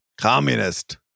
Communist